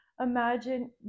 Imagine